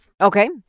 Okay